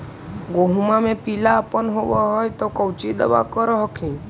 गोहुमा मे पिला अपन होबै ह तो कौची दबा कर हखिन?